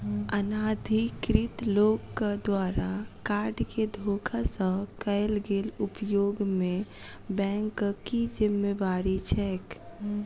अनाधिकृत लोकक द्वारा कार्ड केँ धोखा सँ कैल गेल उपयोग मे बैंकक की जिम्मेवारी छैक?